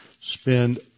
spend